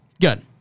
good